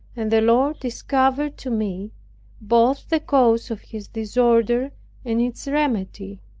and the lord discovered to me both the cause of his disorder and its remedy.